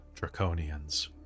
draconians